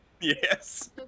Yes